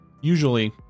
Usually